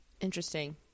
Interesting